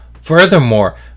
Furthermore